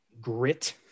Grit